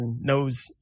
knows